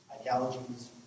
Ideologies